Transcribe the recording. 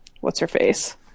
What's-her-face